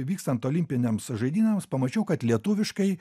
vykstant olimpinėms žaidynėms pamačiau kad lietuviškai